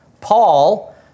Paul